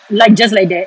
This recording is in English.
like just like that